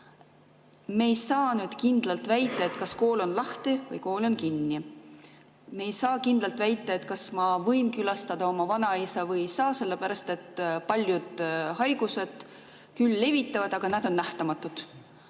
Me ei saa nüüd kindlalt väita, kas kool on lahti või kool on kinni. Me ei saa kindlalt väita, kas ma võin külastada oma vanaisa või ei saa, sellepärast et paljud haigused küll levivad, aga nad on nähtamatud.